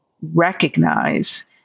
recognize